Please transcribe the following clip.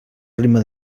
ritme